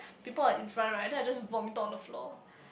people are in front right then I just vomit to on the floor